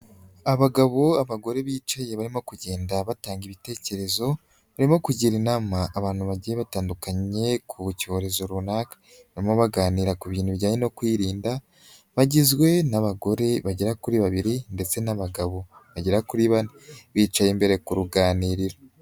Abagabo, abagore bicaye barimo kugenda batanga ibitekerezo, barimo kugira inama abantu bagiye batandukanye ku cyorezo runaka, barimo baganira ku bintu bijyanye no kwirinda, bagizwe n'abagore bagera kuri babiri ndetse n'abagabo bagera kuri bane, bicaye imbere ku ruganiriro.